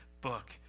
book